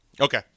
Okay